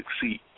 succeed